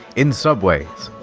in subways.